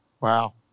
Wow